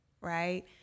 right